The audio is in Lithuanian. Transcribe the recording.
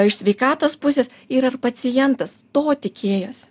ir iš sveikatos pusės ir ar pacientas to tikėjosi